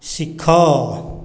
ଶିଖ